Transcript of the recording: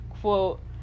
quote